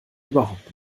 überhaupt